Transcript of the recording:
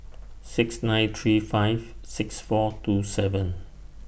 six nine three five six four two seven